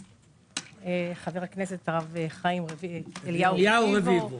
ולחבר הכנסת הרב אליהו רביבו.